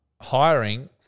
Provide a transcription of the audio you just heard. hiring